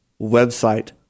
website